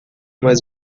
mais